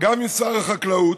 גם עם שר החקלאות.